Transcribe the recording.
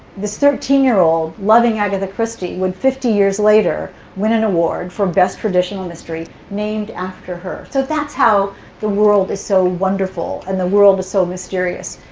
this thirteen year old loving agatha christie would fifty years later win an award for best traditional mystery, named after her? so that's how the world is so wonderful, and the world is so mysterious.